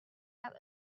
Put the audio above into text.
have